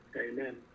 amen